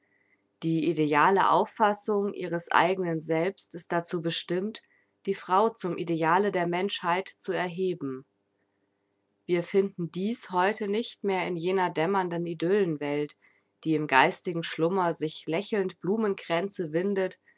die ideale auffassung ihres eigenen selbst ist dazu bestimmt die frau zum ideale der menschheit zu erheben wir finden dies heute nicht mehr in jener dämmernden idyllenwelt die im geistigen schlummer sich lächelnd blumenkränze windet